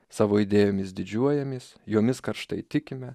savo idėjomis didžiuojamės jomis karštai tikime